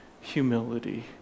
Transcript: humility